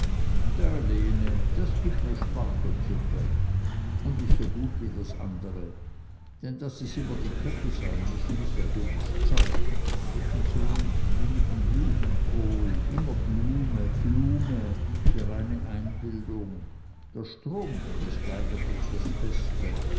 lene das gibt ne spargelsuppe un is so gut wie das andre denn daß es immer die köppe sein müssen is ja dummes zeug ebenso wie mit n blumenkohl immer blume blume die reine einbildung der strunk is eigentlich das beste